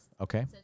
Okay